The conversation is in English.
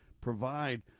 provide